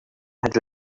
had